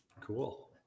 Cool